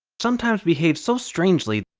sometimes behave so strangely.